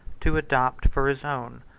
to adopt, for his own,